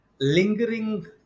lingering